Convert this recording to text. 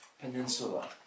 Peninsula